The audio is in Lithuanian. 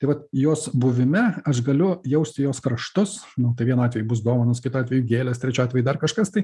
tai vat jos buvime aš galiu jausti jos kraštus nu tai vienu atveju bus dovanos kitu atveju gėles trečiu atveju dar kažkas tai